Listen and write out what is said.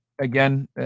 Again